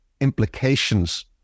implications